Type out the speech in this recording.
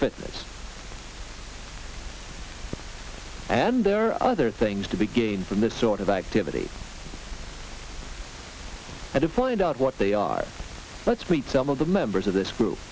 fitness and there are other things to be gained from this sort of activity i did find out what they are let's meet some of the members of this group